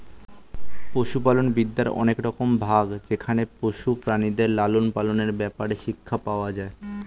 পশুপালন বিদ্যার অনেক রকম ভাগ যেখানে পশু প্রাণীদের লালন পালনের ব্যাপারে শিক্ষা পাওয়া যায়